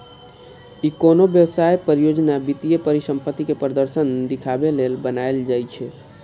ई कोनो व्यवसाय, परियोजना, वित्तीय परिसंपत्ति के प्रदर्शन देखाबे लेल बनाएल जाइ छै